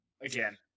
Again